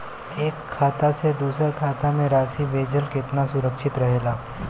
एक खाता से दूसर खाता में राशि भेजल केतना सुरक्षित रहेला?